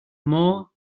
more